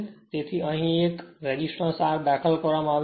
તેથી અહીં એક રેઝિસ્ટન્સ R દાખલ કરવામાં આવ્યો હતો